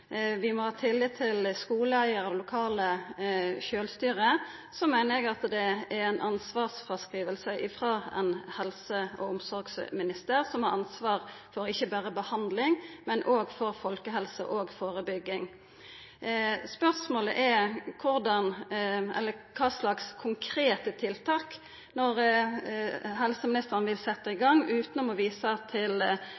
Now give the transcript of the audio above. vi må ha tillit til skuleeigarar og lokalt sjølvstyre, meiner eg at det er ei ansvarsfråskriving frå ein helse- og omsorgsminister som har ansvar ikkje berre for behandling, men òg for folkehelse og førebygging. Spørsmålet er kva slags konkrete tiltak helseministeren vil setja i